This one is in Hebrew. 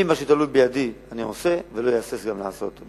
אני, מה שתלוי בידי אני עושה, וגם לא אהסס לעשות.